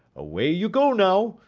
away you go now,